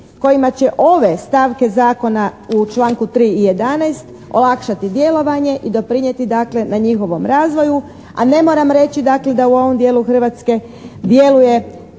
kojima će ove stavke Zakona u članku 3. i 11. olakšati djelovanje i doprinijeti dakle na njihovom razvoju, a ne moram reći dakle da u ovom dijelu Hrvatske djeluje